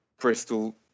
Bristol